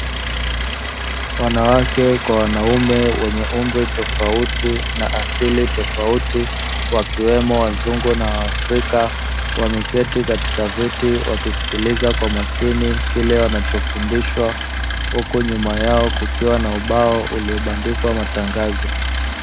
Wanawake kwa wanaume wenye umri tofauti na asili tofauti wakiwemo wazungu na waafrika, wameketi katika viti wakisikiliza kwa makini kile wanachofundishwa, huku nyuma yao kukiwa na ubao uliobandikwa matangazo.